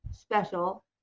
special